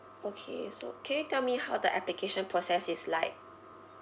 okay so can you tell me how the application process is like